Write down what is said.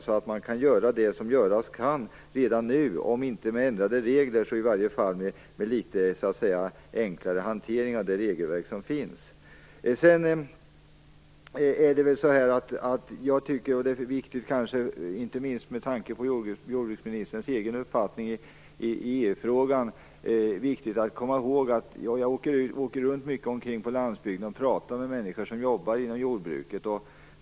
Då kan de göra det som göras kan redan nu, om inte med ändrade regler så i varje fall med litet enklare hantering Jag åker ofta runt ute på landsbygden och talar med dem som jobbar inom jordbruket.